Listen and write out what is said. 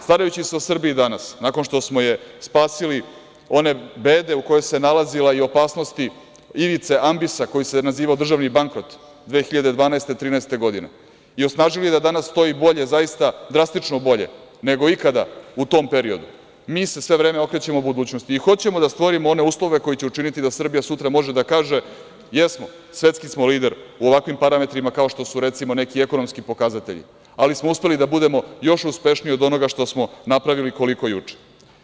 Starajući se o Srbiji danas, nakon što smo je spasili one bede u kojoj se nalazila i opasnosti ivice ambisa koji se nazivao državni bankrot 2012, 2013. godine, i osnažili je da danas stoji bolje, zaista drastično bolje nego ikada u tom periodu, mi se sve vreme okrećemo budućnosti i hoćemo da stvorimo one uslove koji će učiniti da Srbija sutra može da kaže – jesmo, svetski smo lider u ovakvim parametrima, kao što su, recimo, neki ekonomski pokazatelji, ali smo uspeli da budemo još uspešniji od onoga što smo napravili koliko juče.